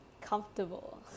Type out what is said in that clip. comfortable